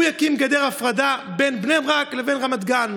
הוא יקים גדר הפרדה בין בני ברק לבין רמת גן.